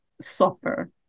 suffer